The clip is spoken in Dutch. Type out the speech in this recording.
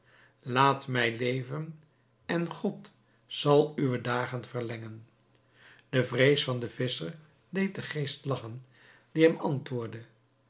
laat mij leven en god zal uwe dagen verlengen de vrees van den visscher deed den geest lagchen die hem antwoordde